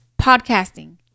Podcasting